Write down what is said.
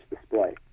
display